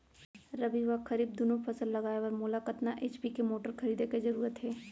रबि व खरीफ दुनो फसल लगाए बर मोला कतना एच.पी के मोटर खरीदे के जरूरत हे?